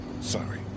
Sorry